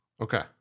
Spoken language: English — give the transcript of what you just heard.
Okay